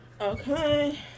okay